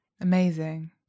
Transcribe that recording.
Amazing